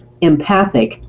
empathic